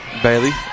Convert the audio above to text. Bailey